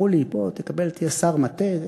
אמרו לי: בוא, תקבל, תהיה שר מטה.